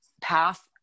path